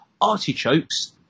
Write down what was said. artichokes